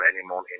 anymore